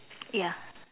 ya